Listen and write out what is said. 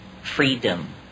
freedom